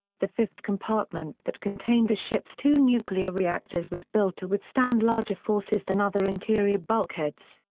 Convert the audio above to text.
the fifth compartment that contained the ship's two nuclear reactors was built to withstand larger forces than other interior bulkheads.